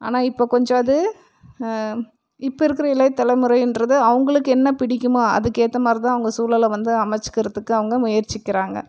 ஆனால் இப்போ கொஞ்சம் அது இப்போ இருக்கிற இளைய தலைமுறைன்றது அவங்களுக்கு என்ன பிடிக்கிமோ அதுக்கு ஏற்ற மாதிரி தான் அவங்க சூழலை வந்து அமைச்சிக்கிறதுக்கு அவங்க முயற்சிக்கிறாங்க